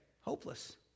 hopeless